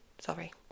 sorry